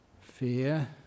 fear